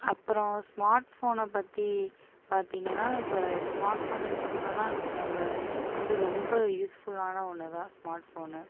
அப்புறம் ஸ்மார்ட் ஃபோனை பற்றி பார்த்திங்கன்னா இப்போ ஸ்மார்ட் ஃபோன் எடுத்துக்கிட்டோன்னா அதுக்கு நம்ப வந்து ரொம்ப யூஸ்ஃபுல்லான ஒன்னு தான் ஸ்மார்ட் ஃபோனு